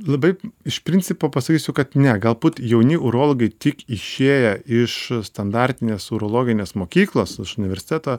labai iš principo pasakysiu kad ne galbūt jauni urologai tik išėję iš standartinės urologinės mokyklos iš universiteto